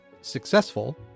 successful